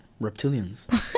Reptilians